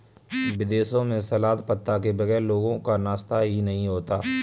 विदेशों में सलाद पत्ता के बगैर लोगों का नाश्ता ही नहीं होता